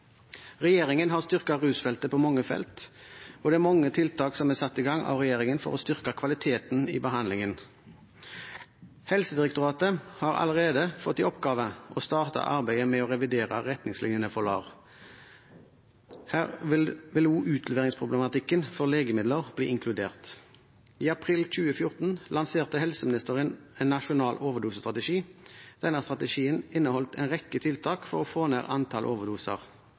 Regjeringen har styrket rusfeltet på mange felt, og det er mange tiltak som er satt i gang av regjeringen for å styrke kvaliteten i behandlingen. Helsedirektoratet har allerede fått i oppgave å starte arbeidet med å revidere retningslinjene for LAR. Her vil også utleveringsproblematikken rundt legemidler bli inkludert. I april 2014 lanserte helseministeren en nasjonal overdosestrategi. Denne strategien inneholdt en rekke tiltak for å få ned antall overdoser.